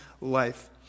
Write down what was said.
life